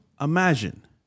imagine